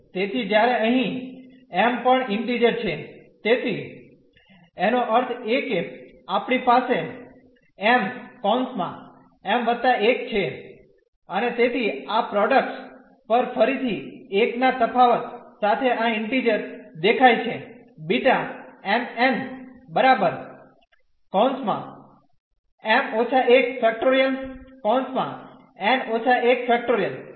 તેથી જ્યારે અહીં m પણ ઇન્ટીઝર છે તેથી એનો અર્થ એ કે આપણી પાસે m m1 છે અને તેથી આ પ્રોડ્કટ પર ફરીથી 1 ના તફાવત સાથે આ ઇન્ટીઝર દેખાય છે